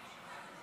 הכנסת